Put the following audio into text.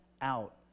out